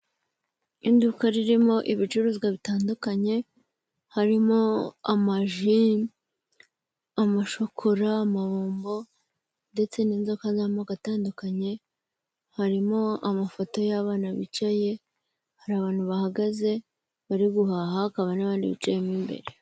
Iduka ririmo ibicuruzwa bitandukanye harimo amaji, amashokora, amabombo ndetse n'inzoka z'amoko atandukanye harimo amafoto y'abana bicaye, hari abantu bahagaze bari guhaha hakaba n'abandi bicayemo imbere.